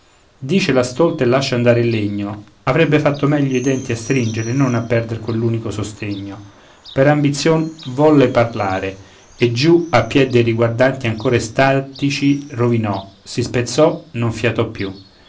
dice la stolta e lascia andare il legno avrebbe fatto meglio i denti a stringere e a non perder quell'unico sostegno per ambizion volle parlare e giù a piè de riguardanti ancora estatici rovinò si spezzò non fiatò più